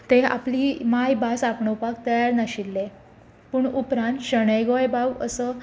ते आपली मायभास आपणोवपाक तयार नाशिल्ले पूण उपरांत शणै गोंयबाब असो